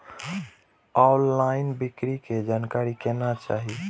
Online बिक्री के जानकारी केना चाही?